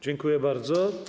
Dziękuję bardzo.